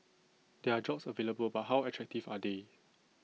there are jobs available but how attractive are they